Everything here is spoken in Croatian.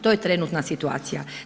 To je trenutna situacija.